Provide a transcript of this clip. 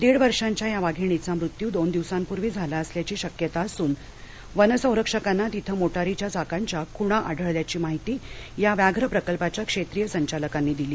दीड वर्षांच्या या वाघीणीचा मृत्यू दोन दिवसांपूर्वी झाला असल्याची शक्यता असून वनसंरक्षकांना तिथे मोटारीच्या चाकांच्या खुणा आढळल्याची माहिती या व्याघ्र प्रकल्पाच्या क्षेत्रीय संचालकांनी दिली